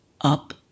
up